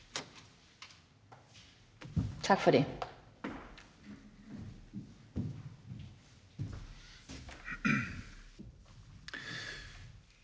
Tak for ordet.